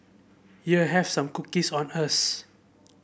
here have some cookies on us